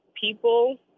people